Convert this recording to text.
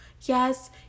Yes